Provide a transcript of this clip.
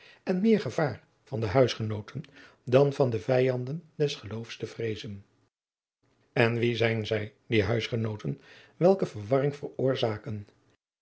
en meer gevaar van de huisgenooten dan van de vijanden des geloofs te vreezen en wie zijn zij die huisgenooten welke verwarring veroorzaken